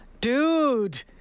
dude